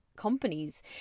companies